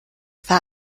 war